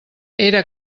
era